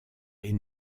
est